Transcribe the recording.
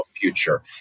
future